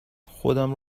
خودم